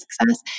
success